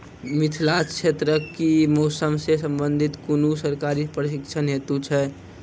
मिथिला क्षेत्रक कि मौसम से संबंधित कुनू सरकारी प्रशिक्षण हेतु छै?